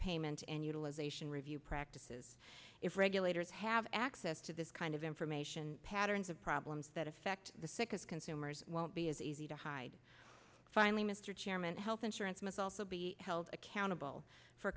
payment and utilization review practices if regulators have access to this kind of information patterns of problems that affect the sickest consumers won't be as easy to hide finally mr chairman health insurance must also be held accountable for